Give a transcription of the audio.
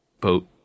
boat